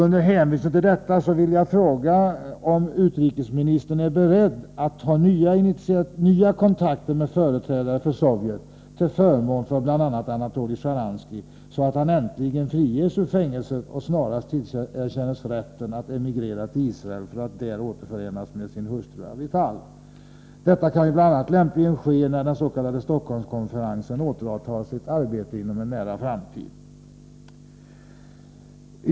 Med hänvisning till det sagda vill jag fråga om utrikesministern är beredd att ta nya kontakter med företrädare för Sovjetunionen, bl.a. med tanke på Anatolij Sjtjaranskij, så att denne äntligen friges ur fängelset och snarast tillerkänns rätten att emigrera till Israel för att där återförenas med hustrun Avital. Kontakterna kan lämpligen tas när den s.k. Stockholmskonferensen inom en nära framtid återupptar sitt arbete.